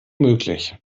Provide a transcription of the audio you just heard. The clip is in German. möglich